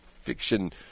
fiction